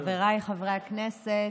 חבריי חברי הכנסת,